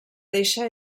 deixa